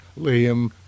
Liam